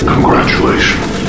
Congratulations